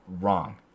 wrong